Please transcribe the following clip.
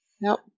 Nope